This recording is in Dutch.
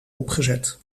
opgezet